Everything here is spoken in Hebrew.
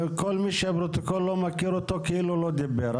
כל מי שהפרוטוקול לא מכיר אותו, כאילו לא דיבר.